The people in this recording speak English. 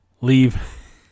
leave